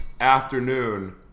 afternoon